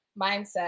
mindset